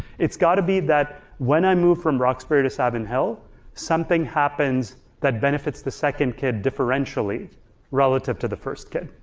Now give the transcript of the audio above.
it's gotta be that when i move from roxbury to savin hill something happens that benefits the second kid differentially relative to the first kid.